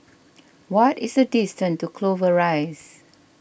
what is the distance to Clover Rise